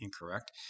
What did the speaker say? incorrect